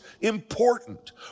important